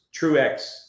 Truex